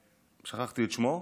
שכחתי את שמו,